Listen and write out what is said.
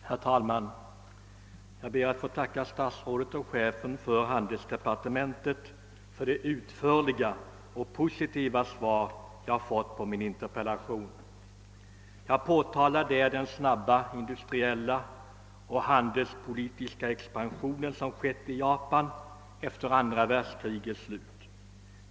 Herr talman! Jag ber att få tacka statsrådet och chefen för handelsdepartementet för det utförliga och positiva svar jag fått på min interpellation. Jag har i interpellationen erinrat om den snabba industriella och handelspolitiska expansion som skett i Japan efter andra världskrigets slut.